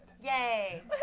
Yay